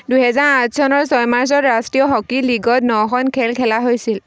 দুহেজাৰ আঠ চনৰ ছয় মাৰ্চত ৰাষ্ট্ৰীয় হকী লীগত নখন খেল খেলা হৈছিল